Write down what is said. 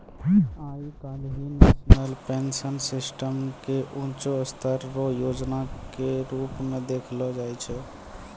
आइ काल्हि national pension system के ऊंचों स्तर रो योजना के रूप मे देखलो जाय छै